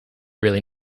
really